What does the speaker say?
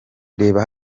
reba